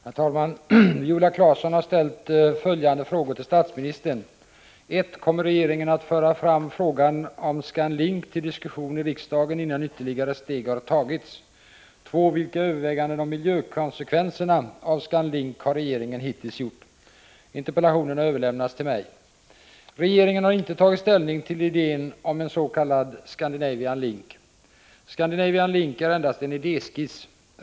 Herr talman! Viola Claesson har ställt följande frågor till statsministern: 1. Kommer regeringen att föra fram frågan om Scandinavian Link till diskussion i riksdagen innan ytterligare steg har tagits? 2. Vilka överväganden om miljökonsekvenserna av Scandinavian Link har regeringen hittills gjort? Interpellationen har överlämnats till mig. Regeringen har inte tagit ställning till idén om en s.k. Scandinavian Link. Scandinavian Link är endast en idéskiss.